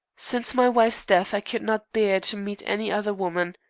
since my wife's death i could not bear to meet any other woman.